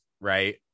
right